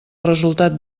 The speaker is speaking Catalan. resultat